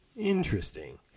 Interesting